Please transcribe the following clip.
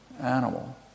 animal